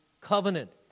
Covenant